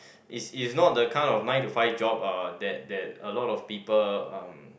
is is not the kind of nine to five job uh that that a lot of people uh